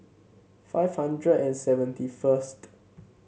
five hundred and seventy first